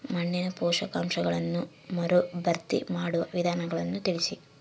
ಮಣ್ಣಿನ ಪೋಷಕಾಂಶಗಳನ್ನು ಮರುಭರ್ತಿ ಮಾಡುವ ವಿಧಾನಗಳನ್ನು ತಿಳಿಸಿ?